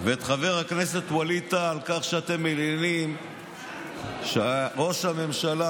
ואת חבר הכנסת ווליד טאהא על כך שאתם מלינים שראש הממשלה,